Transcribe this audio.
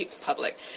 public